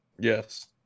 Yes